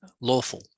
lawful